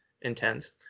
intense